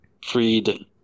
freed